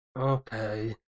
Okay